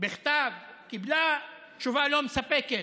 בכתב וקיבלה תשובה לא מספקת.